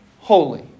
holy